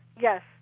yes